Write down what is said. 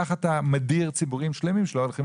כך אתה מדיר ציבורים שלמים שלא הולכים